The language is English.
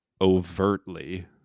overtly